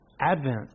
Advent